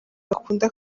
bakunda